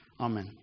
Amen